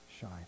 shine